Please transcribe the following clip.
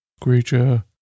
Creature